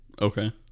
Okay